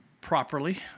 properly